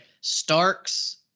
Starks